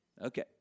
Okay